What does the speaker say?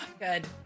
Good